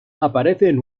aparecen